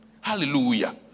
Hallelujah